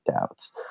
doubts